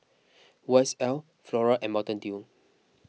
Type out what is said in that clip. Y S L Flora and Mountain Dew